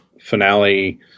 finale